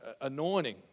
Anointing